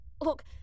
Look